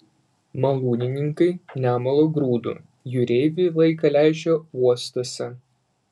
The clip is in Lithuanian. malūnininkai nemala grūdų jūreiviai laiką leidžia uostuose